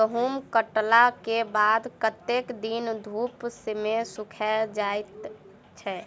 गहूम कटला केँ बाद कत्ते दिन धूप मे सूखैल जाय छै?